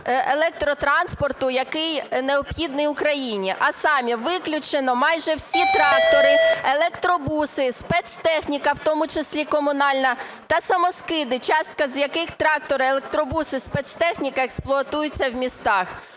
електротранспорту, який необхідний Україні, а саме: виключено майже всі трактори, електробуси, спецтехніка, в тому числі комунальна, та самоскиди, частка з яких, трактори, електробуси, спецтехніка, експлуатується в містах.